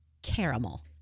Caramel